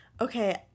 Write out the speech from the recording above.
Okay